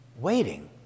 Waiting